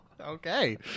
okay